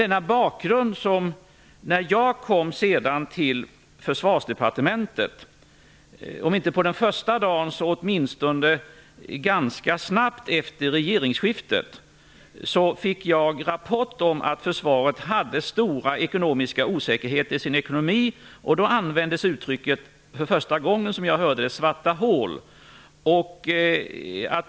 När jag sedan kom till Försvarsdepartementet, om inte på den första dagen så åtminstone ganska snabbt efter regeringsskiftet, fick jag rapport om att Försvaret hade stora ekonomiska osäkerheter i sin ekonomi, och det var första gången som jag hörde uttrycket svarta hål användas.